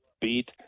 beat